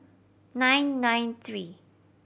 nine nine three